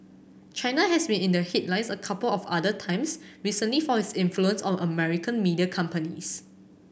China has been in the headlines a couple of other times recently for its influence on American media companies